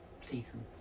season